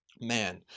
man